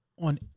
on